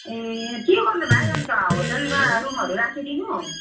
ए के गर्नु भाइ अनि त होटेलमा रुमहरू राखिदिनु